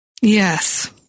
Yes